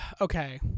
okay